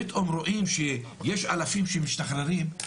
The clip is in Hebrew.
פתאום רואים שיש אלפים שמשתחררים,